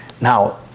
Now